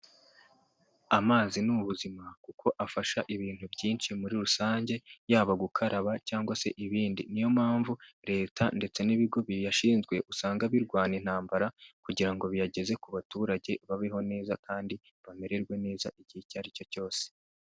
Amazi ni ubuzima kuko afasha ibintu byinshi muri rusange, yaba gukaraba cyangwa se ibindi, ni yo mpamvu Leta ndetse n'ibigo biyashinzwe, usanga birwana intambara kugira ngo biyageze ku baturage babeho neza kandi bamererwe neza igihe icyo ari cyo cyose.